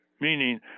meaning